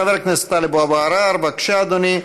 חבר הכנסת טלב אבו עראר, בבקשה, אדוני,